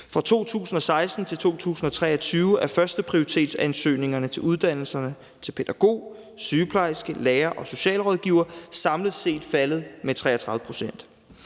Fra 2016 til 2023 er førsteprioritetsansøgningerne til uddannelserne til pædagog, sygeplejerske, lærer og socialrådgiver samlet set faldet med 33 pct.